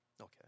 Okay